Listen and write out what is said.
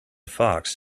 fox